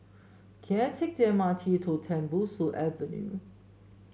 can I take the M R T to Tembusu Avenue